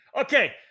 Okay